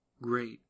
great